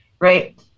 right